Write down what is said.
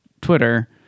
twitter